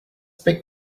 pick